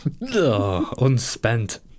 Unspent